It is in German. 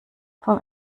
vom